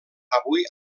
avui